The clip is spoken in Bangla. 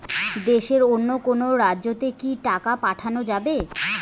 দেশের অন্য কোনো রাজ্য তে কি টাকা পাঠা যাবে?